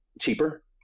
cheaper